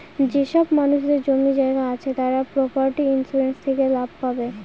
যেসব মানুষদের জমি জায়গা আছে তারা প্রপার্টি ইন্সুরেন্স থেকে লাভ পাবে